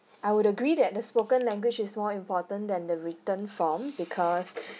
I would agree that the spoken language is more important than the written form because